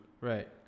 right